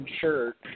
shirt